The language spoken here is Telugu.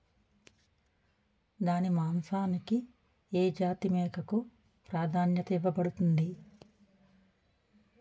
దాని మాంసానికి ఏ జాతి మేకకు ప్రాధాన్యత ఇవ్వబడుతుంది?